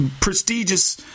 prestigious